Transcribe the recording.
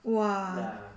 !wah!